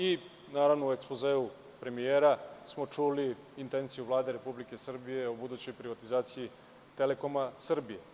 I u ekspozeu premijera smo čuli intenciju Vlade Republike Srbije o budućoj privatizacije Telekoma Srbije.